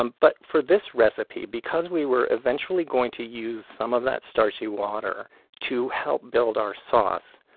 um but for this recipe, because we were eventually going to use some of that starchy water to help build our sauce,